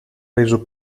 reso